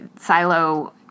silo